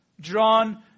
drawn